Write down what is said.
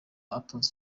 atoza